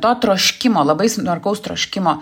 to troškimo labai smarkaus troškimo